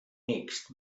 next